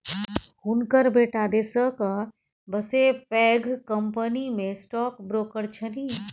हुनकर बेटा देशक बसे पैघ कंपनीमे स्टॉक ब्रोकर छनि